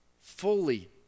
fully